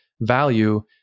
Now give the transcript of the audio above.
value